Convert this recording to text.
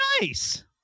nice